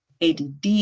ADD